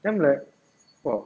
then I'm like !wah!